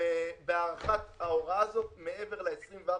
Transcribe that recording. בהארכת ההוראה הזאת מעבר ל-24 ביולי.